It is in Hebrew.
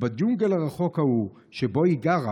ובג'ונגל הרחוק ההוא שבו היא גרה,